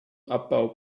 abbau